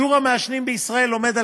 שיעור המעשנים בישראל עומד על